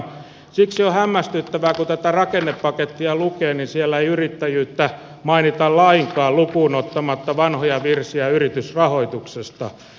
siksi on hämmästyttävää että kun tätä rakennepakettia lukee niin siellä ei yrittäjyyttä mainita lainkaan lukuun ottamatta vanhoja virsiä yritysrahoituksesta